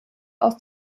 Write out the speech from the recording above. aus